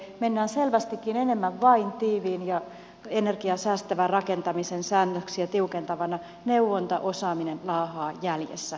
mennään selvästikin enemmän vain tiiviin ja energiaa säästävän rakentamisen säännöksiä tiukentavana neuvonta osaaminen laahaa jäljessä